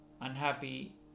unhappy